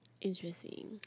Interesting